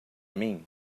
mim